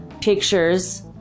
pictures